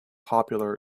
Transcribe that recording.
popular